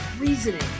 reasoning